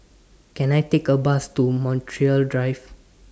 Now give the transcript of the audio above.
Can I Take A Bus to Montreal Drive